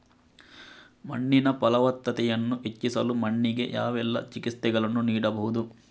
ಮಣ್ಣಿನ ಫಲವತ್ತತೆಯನ್ನು ಹೆಚ್ಚಿಸಲು ಮಣ್ಣಿಗೆ ಯಾವೆಲ್ಲಾ ಚಿಕಿತ್ಸೆಗಳನ್ನು ನೀಡಬಹುದು?